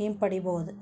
ಹಿಂಪಡಿಬೋದ್